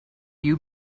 you